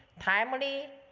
timely,